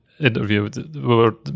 interview